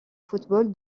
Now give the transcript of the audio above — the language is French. football